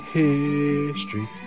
history